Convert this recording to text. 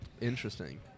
Interesting